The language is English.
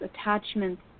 attachments